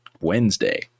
Wednesday